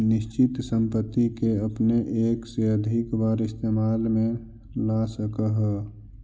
निश्चित संपत्ति के अपने एक से अधिक बार इस्तेमाल में ला सकऽ हऽ